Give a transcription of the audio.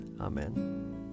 Amen